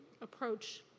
approach